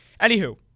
Anywho